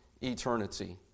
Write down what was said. eternity